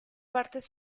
partes